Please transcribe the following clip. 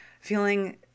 feeling